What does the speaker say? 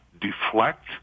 deflect